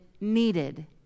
needed